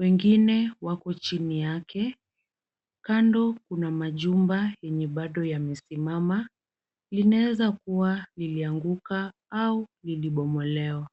Wengine wako chini yake. Kando Kuna majumba yenye bado yamesimama. Linaweza kuwa lilianguka au liliobomolewa.